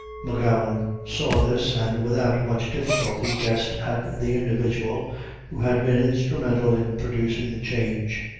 m'gowan saw this, and without much difficulty guessed at the individual who had been instrumental in producing the change.